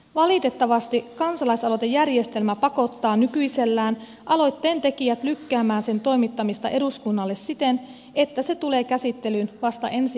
valitettavasti kansalaisaloitejärjestelmä pakottaa nykyisellään aloitteen tekijät lykkäämään aloitteen toimittamista eduskunnalle siten että se tulee käsittelyyn vasta ensi vaalikaudella